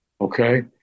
Okay